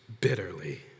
bitterly